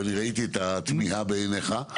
וראיתי את התמיהה בעיניך,